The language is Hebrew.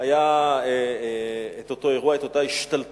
היה אותו אירוע, אותה השתלטות